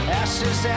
ashes